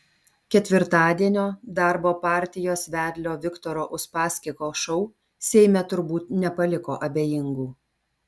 ketvirtadienio darbo partijos vedlio viktoro uspaskicho šou seime turbūt nepaliko abejingų